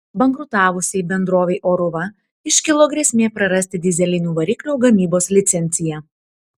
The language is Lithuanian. bankrutavusiai bendrovei oruva iškilo grėsmė prarasti dyzelinių variklių gamybos licenciją